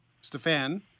Stefan